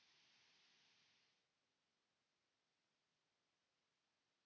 Kiitän.